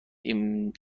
این